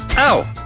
oh!